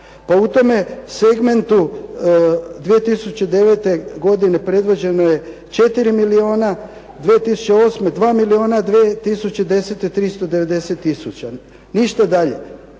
Pa u tome segmentu 2009. godine predloženo je 4 milijuna, 2008. dva milijuna, 2010. 390 tisuća, ništa dalje.